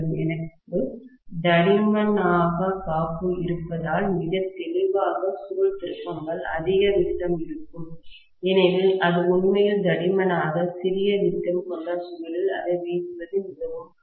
எனக்கு தடிமனாக காப்பு இருப்பதால் மிக தெளிவாக சுருள் திருப்பங்கள் அதிக விட்டம் இருக்கும் ஏனெனில் அது உண்மையில் தடிமனாக சிறிய விட்டம் கொண்ட சுருளில் அதை வீசுவது மிகவும் கடினம்